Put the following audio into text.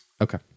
okay